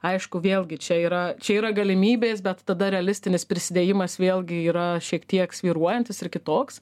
aišku vėlgi čia yra čia yra galimybės bet tada realistinis prisidėjimas vėlgi yra šiek tiek svyruojantis ir kitoks